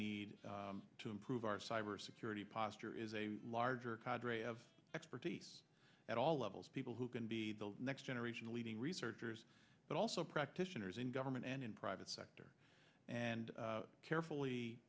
need to improve our cyber security posture is a larger qadri of expertise at all levels people who can be the next generation leading researchers but also practitioners in government and in private sector and carefully